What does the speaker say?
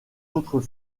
autres